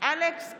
אלכס קושניר,